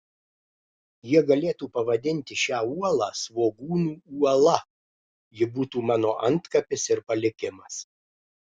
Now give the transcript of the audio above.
jie galėtų pavadinti šią uolą svogūnų uola ji būtų mano antkapis ir palikimas